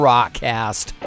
Rockcast